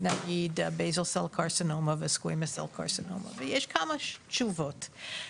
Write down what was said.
נגיד --- יש כמה תשובות,